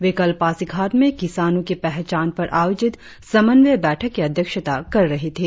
वे कल पासीघाट में किसानो की पहचान पर आयोजित समन्वय बैठक की अध्यक्षता कर रही थी